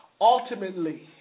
Ultimately